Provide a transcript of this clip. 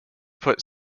put